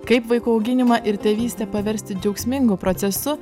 kaip vaikų auginimą ir tėvystę paversti džiaugsmingu procesu